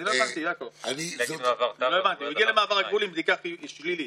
סגירתה, אי-תקצובה יגרום: א.